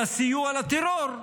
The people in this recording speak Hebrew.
את הסיוע לטרור,